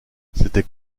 c’était